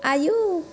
आयौ